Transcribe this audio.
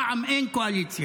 פעם אין קואליציה,